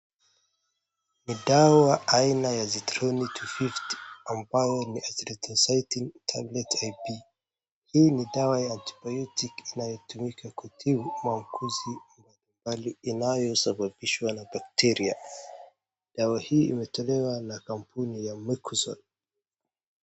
Ni dawa aina ya Zithroni-250 ambayo ni Azithromycin Tablets IP . Hii ni dawa ya antibiotic inayotumika kutibu mauguzi mbalimbali inayosababishwa na bakteria. Dawa hii imetolewa na kampuni ya MECOSON .